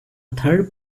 third